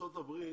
בארצות הברית